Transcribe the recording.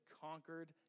conquered